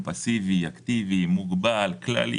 אתה קנית מניה בבורסה ומכרת רווח הון.